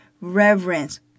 reverence